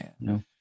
no